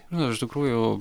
nu iš tikrųjų